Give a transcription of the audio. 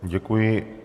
Děkuji.